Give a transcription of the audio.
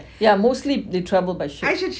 yeah mostly they travel by ships